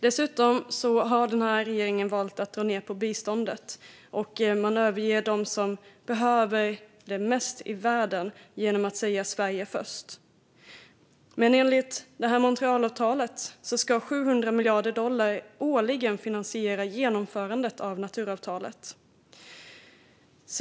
Dessutom har regeringen valt att dra ned på biståndet. Man överger dem som behöver det mest i världen genom att säga "Sverige först". Enligt Montréalavtalet ska 700 miljarder dollar årligen finansiera genomförandet av naturavtalet.